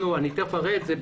אני תכף אראה את זה.